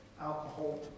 alcohol